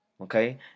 okay